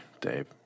Dave